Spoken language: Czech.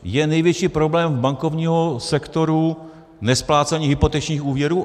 Je největší problém bankovního sektoru nesplácení hypotečních úvěrů?